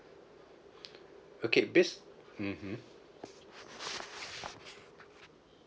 okay base mmhmm